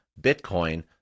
Bitcoin